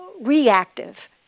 reactive